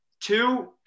Two